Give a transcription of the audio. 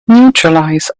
neutralize